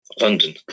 London